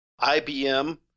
IBM